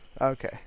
Okay